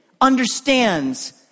understands